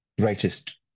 greatest